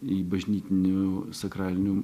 į bažnytinių sakralinių